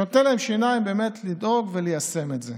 שנותן להם שיניים באמת לדאוג וליישם את זה.